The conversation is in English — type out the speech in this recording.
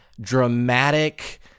dramatic